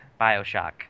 Bioshock